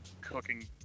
cooking